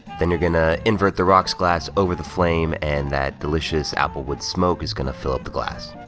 then you're gonna invert the rocks glass over the flame, and that delicious applewood smoke is gonna fill up the glass.